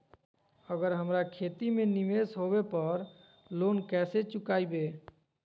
अगर हमरा खेती में निवेस होवे पर लोन कैसे चुकाइबे?